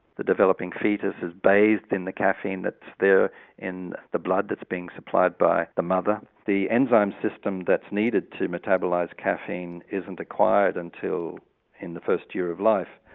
the developing foetus is bathed in the caffeine that's there in the blood that's being supplied by the mother. the enzyme system that's needed to metabolise caffeine isn't acquired until the first year of life,